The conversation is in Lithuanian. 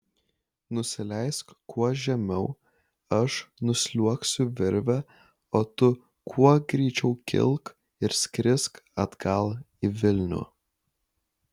nusileisk kuo žemiau aš nusliuogsiu virve o tu kuo greičiau kilk ir skrisk atgal į vilnių